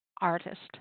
artist